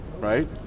right